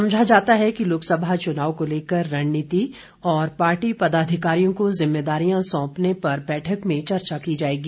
समझा जाता है कि लोकसभा चुनाव को लेकर रणनीति और पार्टी पदाधिकारियों को जिम्मेदारियां सौंपने पर बैठक में चर्चा की जाएगी